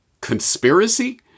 conspiracy